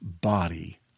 Body